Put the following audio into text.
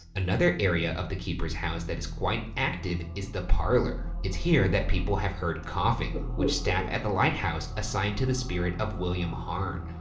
another area of the keeper's house that is quite active is the parlor. it's here that people have heard coughing which staff at the lighthouse assign to the spirit of william harn.